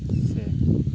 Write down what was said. ᱥᱮ